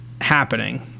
happening